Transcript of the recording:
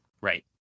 right